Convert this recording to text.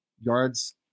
yards